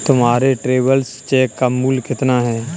तुम्हारे travellers cheque का मूल्य कितना है?